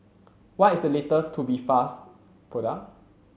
what is the latest Tubifast product